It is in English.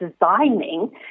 designing